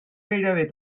gairebé